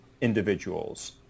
individuals